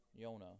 Yona